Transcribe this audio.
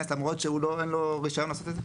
למרות שאין לו רישיון לעשות את זה?